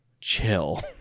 chill